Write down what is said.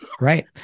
Right